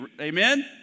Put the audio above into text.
Amen